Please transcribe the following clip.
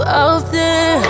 often